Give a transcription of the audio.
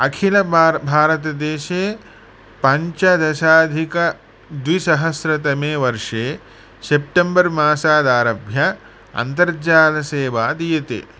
अखिलभा भारतदेशे पञ्चदशाधिकद्विसहस्रतमे वर्षे सेप्टम्बर्मासात् आरभ्य अन्तर्जालसेवा दीयते